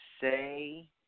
say